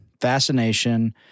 fascination